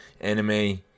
anime